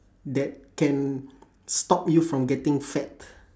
that can stop you from getting fat